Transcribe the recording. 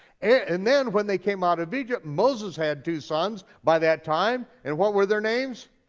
and then, when they came out of egypt, moses had two sons by that time, and what were their names?